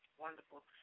Wonderful